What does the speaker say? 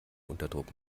unterdruck